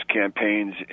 campaigns